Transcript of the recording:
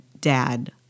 dad